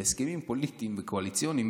כי הסכמים פוליטיים וקואליציוניים